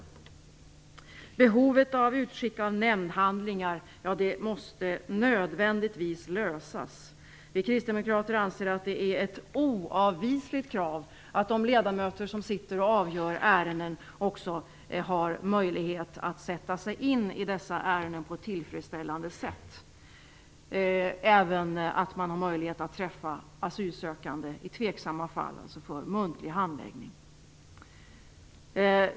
Problemet med utskick av nämndhandlingar måste nödvändigtvis lösas. Vi kristdemokrater anser att det är ett oavvisligt krav att de ledamöter som avgör ärenden också skall få möjlighet att sätta sig i dessa ärenden på ett tillfredsställande sätt och i tveksamma fall träffa asylsökanden för muntlig handläggning.